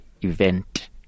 event